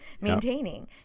maintaining